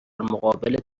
مقابل